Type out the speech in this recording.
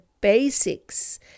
basics